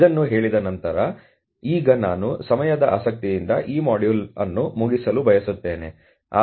ಆದ್ದರಿಂದ ಇದನ್ನು ಹೇಳಿದ ನಂತರ ಈಗ ನಾನು ಸಮಯದ ಆಸಕ್ತಿಯಿಂದ ಈ ಮಾಡ್ಯೂಲ್ ಅನ್ನು ಮುಗಿಸಲು ಬಯಸುತ್ತೇನೆ